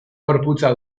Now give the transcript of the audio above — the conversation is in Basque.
gorputza